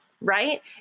right